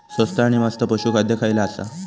स्वस्त आणि मस्त पशू खाद्य खयला आसा?